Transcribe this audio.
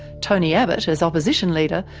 tony abbott, as opposition leader,